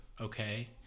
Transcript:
Okay